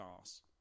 ass